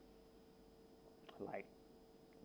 like